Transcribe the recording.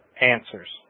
answers